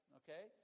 okay